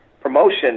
promotion